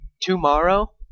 tomorrow